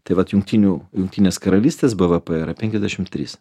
taip vat jungtinių jungtinės karalystės bvp yra penkiadešimt trys